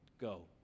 go